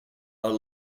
are